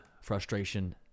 frustration